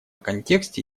контексте